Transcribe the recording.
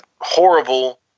Horrible